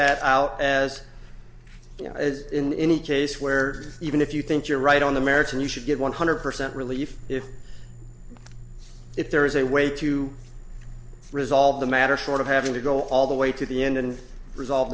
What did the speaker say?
that out as you know as in any case where even if you think you're right on the merits you should give one hundred percent relief if if there is a way to resolve the matter short of having to go all the way to the end and resolve